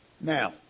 Now